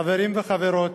חברים וחברות,